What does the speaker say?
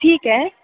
ठीक आहे